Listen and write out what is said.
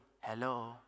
Hello